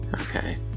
Okay